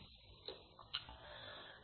तर मला ते काढून टाकू द्या